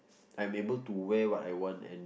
I'm able to wear what I want and